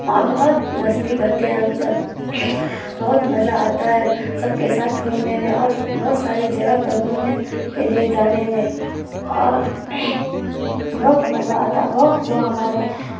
اور بہت مستی کرتے ہیں ہم سب بہت مزہ آتا ہے سب کے ساتھ گھومنے میں اور بہت ساری جگہ پر گھومنے کے لیے جانے میں اور بہت مزہ آتا بہت لوگ ہمارے